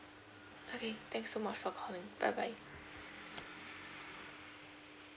okay thank you so much for calling bye bye